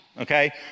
okay